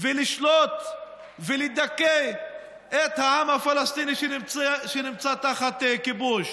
ולשלוט ולדכא את העם הפלסטיני, שנמצא תחת כיבוש.